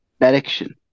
direction